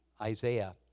Isaiah